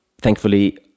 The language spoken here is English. thankfully